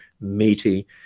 meaty